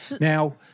Now